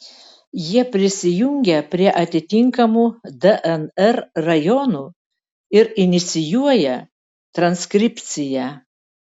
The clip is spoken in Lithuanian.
jie prisijungia prie atitinkamų dnr rajonų ir inicijuoja transkripciją